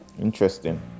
interesting